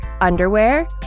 underwear